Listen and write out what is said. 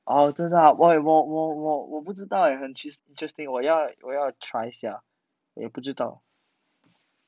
哦真的啊我我我我我不知道 eh 很 interest~interesting 我要我要 try 一下我不知道